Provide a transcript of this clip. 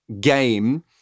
game